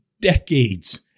decades